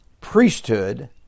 priesthood